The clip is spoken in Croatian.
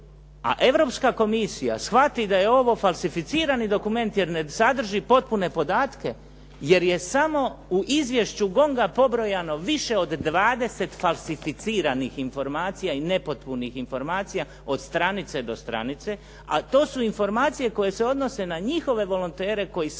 a Europska komisija shvatio da je ovo falsificirani dokument jer ne sadrži potpune podatke jer je samo u izvješću GONG-a pobrojano više od dvadeset falsificiranih informacija i nepotpunih informacija od stranice do stranice a to su informacije koje se odnose na njihove volontere koji svake